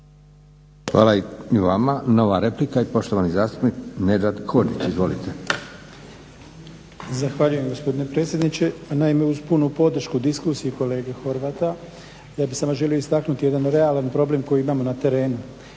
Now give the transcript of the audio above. Hvala i vama. Nova replika i poštovani zastupnik Nedžad Hodžić. Izvolite. **Hodžić, Nedžad (BDSH)** Zahvaljujem gospodine predsjedniče. Naime, uz punu podršku diskusiji kolege Horvata ja bih samo želio istaknuti jedan realan problem koji imamo na terenu.